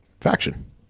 faction